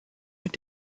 mit